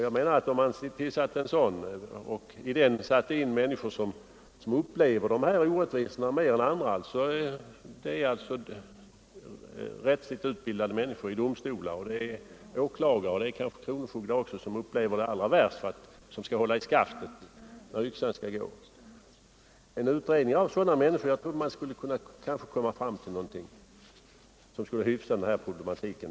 Jag menar att om man tillsatte en sådan utredning och där placerade människor som upplever de här orättvisorna mer än andra — det är alltså rättsligt utbildade människor i domstolar, det är åklagare och det är kanske också kronofogdar som måste hålla i skaftet när yxan skall gå — skulle man kanske kunna komma fram till någonting som hyfsade problematiken.